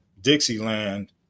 Dixieland